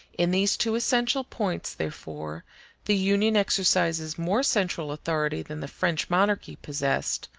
in these two essential points, therefore, the union exercises more central authority than the french monarchy possessed,